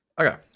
Okay